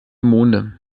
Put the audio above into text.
monde